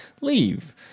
leave